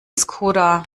skoda